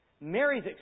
Mary's